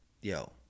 yo